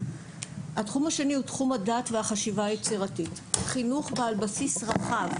השני: תחום הדעת והחשיבה היצירתית - חינוך על בסיס רחב,